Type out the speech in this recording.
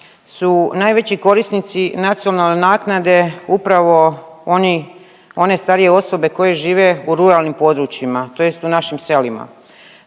su najveći korisnici nacionalne naknade upravo one starije osobe koje žive u ruralnim područjima, tj. u našim selima.